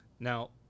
Now